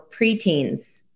preteens